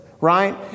Right